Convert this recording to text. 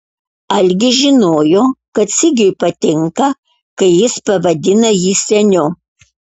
algis žinojo kad sigiui patinka kai jis pavadina jį seniu